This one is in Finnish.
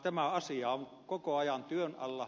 tämä asia on koko ajan työn alla